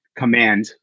command